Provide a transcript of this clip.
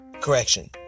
correction